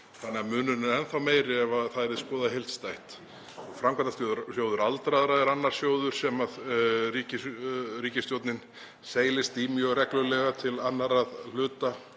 þannig að munurinn er enn þá meiri ef það yrði skoðað heildstætt. Framkvæmdasjóður aldraðra er annar sjóður sem ríkisstjórnin seilist í mjög reglulega til að greiða